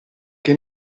che